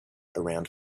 around